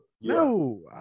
No